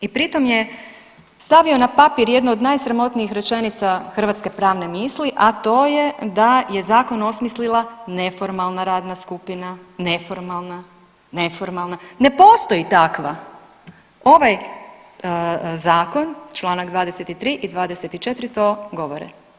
I pritom je stavio na papir jednu od najsramotnijih rečenica hrvatske pravne misli, a to je da je zakon osmislila neformalna radna skupina, neformalna ne postoji takva, ovaj zakon Članak 23. i 24. to govore.